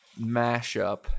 mashup